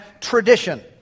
tradition